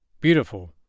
Beautiful